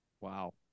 Wow